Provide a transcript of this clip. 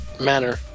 manner